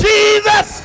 Jesus